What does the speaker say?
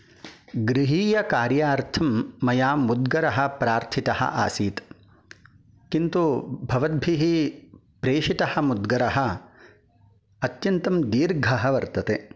गृहीयकार्यार्थं मया मुद्गरः प्रार्थितः आसीत् किन्तु भवद्भिः प्रेषितः मुद्गरः अत्यन्तं दीर्घः वर्तते